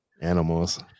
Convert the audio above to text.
animals